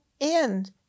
end